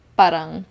parang